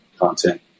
content